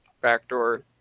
backdoor